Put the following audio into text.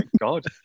God